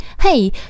Hey